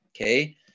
okay